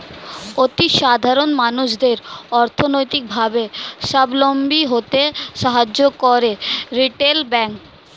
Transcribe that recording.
অতি সাধারণ মানুষদের অর্থনৈতিক ভাবে সাবলম্বী হতে সাহায্য করে রিটেল ব্যাংক